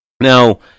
Now